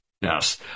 Yes